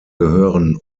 gehören